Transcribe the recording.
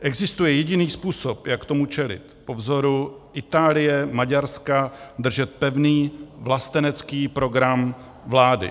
Existuje jediný způsob, jak tomu čelit: po vzoru Itálie, Maďarska držet pevný vlastenecký program vlády.